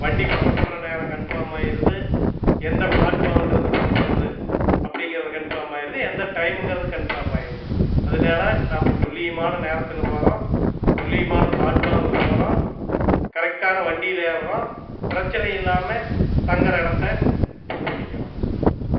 வண்டி புறப்பட்ற நேரம் கன்ஃபாம் ஆகிருது எந்த ப்ளாட் ஃபாம்லிருந்து புறப்பட்றது அப்படிங்கறது கன்ஃபாம் ஆகிருது எந்த டைமுங்கிறது கன்ஃபாம் ஆகிருது அதனால நம்ம துல்லியமான நேரத்தில் போகிறோம் துல்லியமான ப்ளாட் பாமுக்கு போகிறோம் கரெக்டான வண்டியில் ஏறுறோம் பிரச்சினை இல்லாமல் தங்கிற இடத்த புக் பண்ணிக்கிறோம்